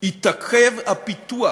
התעכב הפיתוח